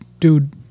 Dude